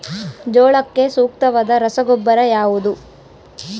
ಜೋಳಕ್ಕೆ ಸೂಕ್ತವಾದ ರಸಗೊಬ್ಬರ ಯಾವುದು?